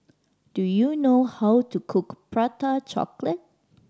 do you know how to cook Prata Chocolate